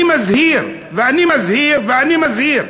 אני מזהיר ואני מזהיר ואני מזהיר: